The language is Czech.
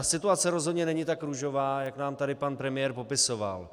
Situace rozhodně není tak růžová, jak nám tady pan premiér popisoval.